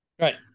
Right